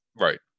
right